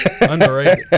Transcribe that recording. Underrated